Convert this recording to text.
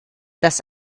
das